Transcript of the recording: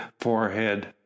forehead